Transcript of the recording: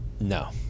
No